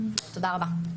תודה רבה.